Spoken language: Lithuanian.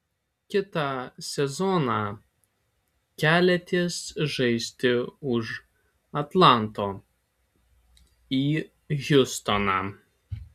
kitą sezoną keliatės žaisti už atlanto į hjustoną